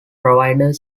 provider